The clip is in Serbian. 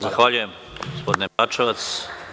Zahvaljujem gospodine Bačevac.